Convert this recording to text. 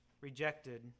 rejected